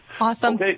Awesome